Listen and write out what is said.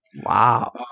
Wow